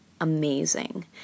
amazing